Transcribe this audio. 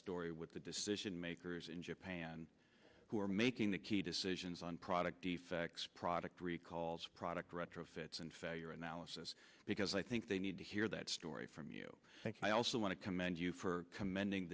story with the decision makers in japan who are making the key decisions on product effects product recalls product retrofits your analysis because i think they need to hear that story from you i also want to commend you for commending